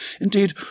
Indeed